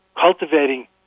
Cultivating